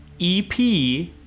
EP